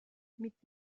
mit